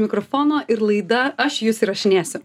mikrofono ir laida aš jus įrašinėsiu